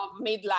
midlife